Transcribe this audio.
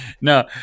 no